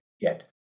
get